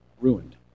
ruined